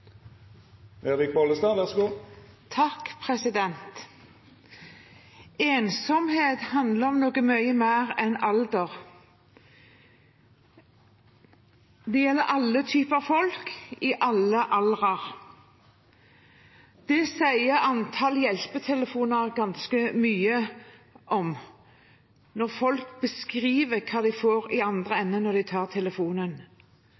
Ensomhet handler om mye mer enn alder – det gjelder alle typer folk i alle aldre. Det sier antallet hjelpetelefoner ganske mye om når folk beskriver hva de hører i den andre